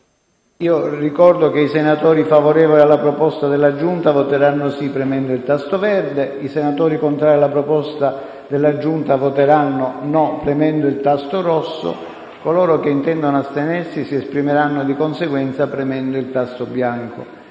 14. Ricordo che i senatori favorevoli alla proposta della Giunta voteranno sì premendo il tasto verde, i senatori contrari alla proposta della Giunta voteranno no premendo il tasto rosso e coloro che intendono astenersi si esprimeranno di conseguenza, premendo il tasto bianco.